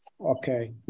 Okay